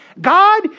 God